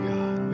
God